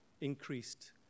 increased